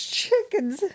chickens